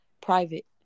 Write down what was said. private